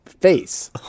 face